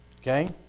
Okay